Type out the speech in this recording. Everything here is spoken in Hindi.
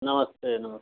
नमस्ते नमस्ते